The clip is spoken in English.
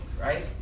right